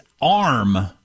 arm